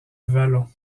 vallon